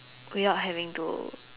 without having to